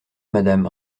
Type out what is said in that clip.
madame